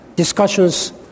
discussions